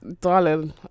darling